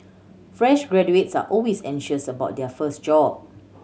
fresh graduates are always anxious about their first job